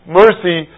mercy